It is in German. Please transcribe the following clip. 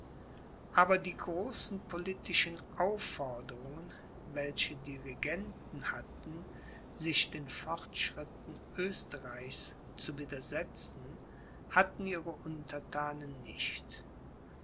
aber die großen politischen aufforderungen welche die regenten hatten sich den fortschritten oesterreichs zu widersetzen hatten ihre unterthanen nicht